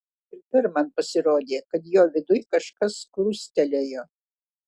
ir dar man pasirodė kad jo viduj kažkas krustelėjo